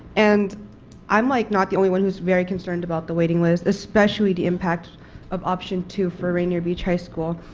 and like not the only one who is very concerned about the waiting list especially the impact of option two for rainier beach high school.